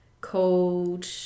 called